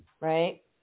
right